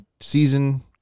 season